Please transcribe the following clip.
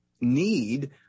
need